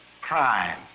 crime